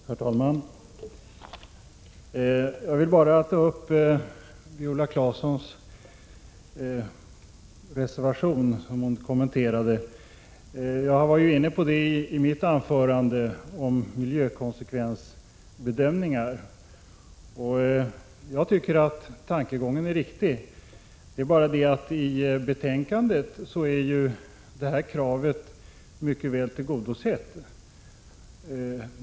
Herr talman! Jag vill bara ta upp en av vpk:s reservationer, som Viola Claesson kommenterade. Jag var i mitt anförande inne på miljökonsekvensbedömningen, och jag tycker att tankegången i reservationen är riktig. Men i betänkandet är detta krav mycket väl tillgodosett.